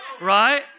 right